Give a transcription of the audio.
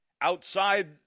outside